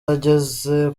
ageze